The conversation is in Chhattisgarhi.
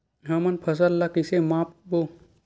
हमन फसल ला कइसे माप बो?